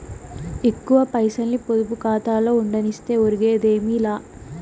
ఎక్కువ పైసల్ని పొదుపు కాతాలో ఉండనిస్తే ఒరిగేదేమీ లా